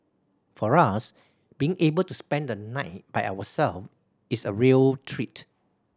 for us being able to spend the night by ourselves is a real treat